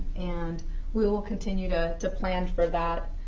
and we will continue to to plan for that,